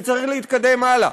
וצריך להתקדם הלאה.